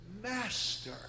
Master